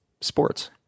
sports